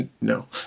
no